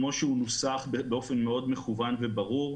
כמו שהוא נוסח באופן מאוד מכוון וברור,